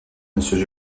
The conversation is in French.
monsieur